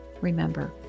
Remember